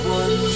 one